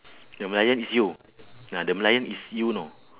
the merlion is you ya the merlion is you you know